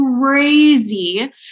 crazy